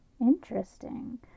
Interesting